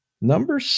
Number